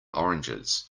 oranges